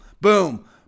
boom